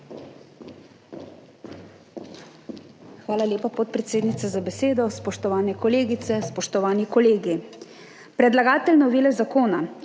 Hvala lepa, podpredsednica, za besedo. Spoštovane kolegice, spoštovani kolegi! Predlagatelj novele zakona,